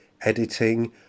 editing